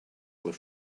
were